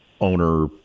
owner